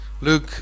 Luke